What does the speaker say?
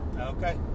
Okay